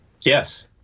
Yes